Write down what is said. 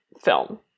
film